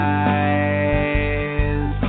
eyes